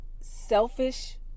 selfish